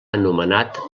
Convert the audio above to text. anomenat